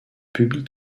publient